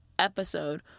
Episode